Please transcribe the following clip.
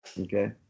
Okay